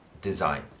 design